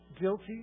guilty